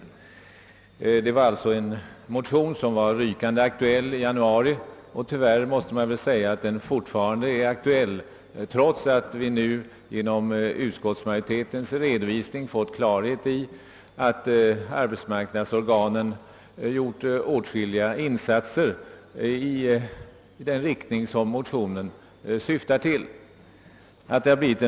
Motionen var alltså rykande aktuell i januari. Tyvärr måste man säga att den fortfarande är aktuell trots att vi nu genom utskottsmajoritetens redovisning fått klarhet i att arbetsmarknadsorganen gjort åtskilliga insatser i den riktning som motionen syftar till.